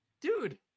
Dude